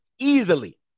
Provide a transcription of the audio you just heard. Easily